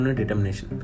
determination